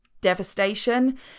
devastation